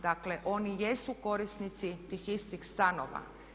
Dakle, oni jesu korisnici tih istih stanova.